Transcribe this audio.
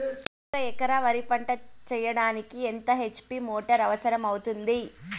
ఒక ఎకరా వరి పంట చెయ్యడానికి ఎంత హెచ్.పి మోటారు అవసరం అవుతుంది?